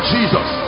Jesus